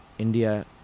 India